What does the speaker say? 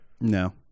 No